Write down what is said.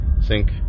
sync